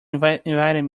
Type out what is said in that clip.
inviting